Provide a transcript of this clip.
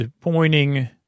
pointing